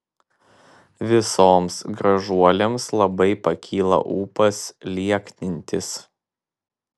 visoms gražuolėms labai pakyla ūpas lieknintis